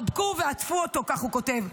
חבקו ועטפו אותו, כך הוא כותב -- תודה.